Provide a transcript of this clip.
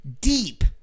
deep